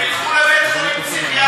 הם ילכו לבית-חולים פסיכיאטרי.